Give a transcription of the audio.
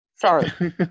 sorry